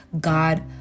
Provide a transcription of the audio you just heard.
god